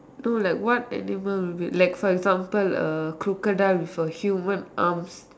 no like what animal would be like for example a crocodile with a human arms